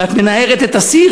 ואת מנערת את הסיר,